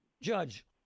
Judge